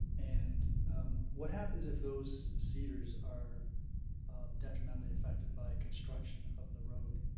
and what happens if those cedars are detrimentally affected by construction of the road?